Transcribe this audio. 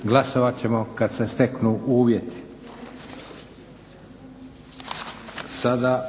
Glasovat ćemo kad se steknu uvjeti.